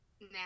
now